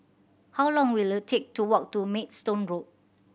how long will it take to walk to Maidstone Road